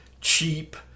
cheap